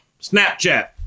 Snapchat